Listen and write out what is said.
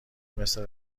مثل